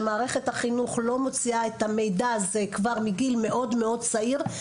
שמערכת החינוך לא מוציאה את המידע הזה כבר מגיל מאוד מאוד צעיר,